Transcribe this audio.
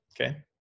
Okay